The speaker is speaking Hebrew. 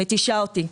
מתישה אותי.